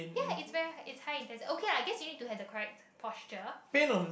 ya is very is high intensive okay lah I guess you need to have the correct posture